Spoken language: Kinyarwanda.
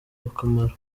akamaro